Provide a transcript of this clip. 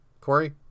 Corey